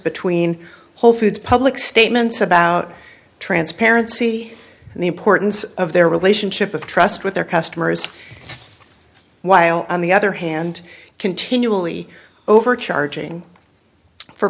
between whole foods public statements about transparency and the importance of their relationship of trust with their customers while on the other hand continually overcharging for